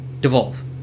devolve